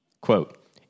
Quote